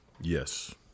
Yes